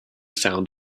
sound